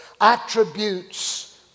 attributes